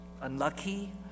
unlucky